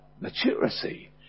maturity